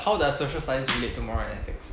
how does social studies relate to moral and ethics